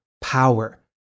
power